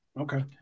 Okay